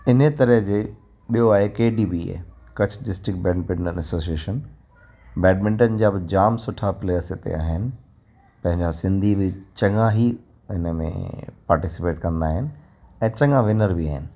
इन तरह जे ॿियो आहे K D B A Kutch district badminton association badminton जा बि जाम सुठा प्लेयर्स हिते आहिनि पंहिंजा सिंधी बि चङा ई हिन में पार्टिसिपेट कंदा आहिनि ऐं चङा विनर बि आहिनि